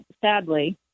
sadly